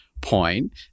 point